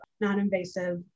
non-invasive